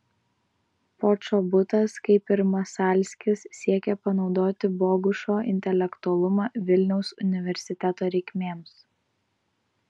počobutas kaip ir masalskis siekė panaudoti bogušo intelektualumą vilniaus universiteto reikmėms